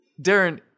Darren